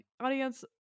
audience